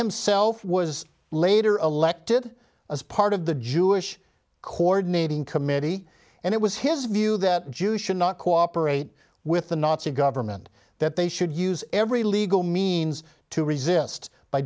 himself was later elected as part of the jewish coordinating committee and it was his view that jews should not cooperate with the nazi government that they should use every legal means to resist by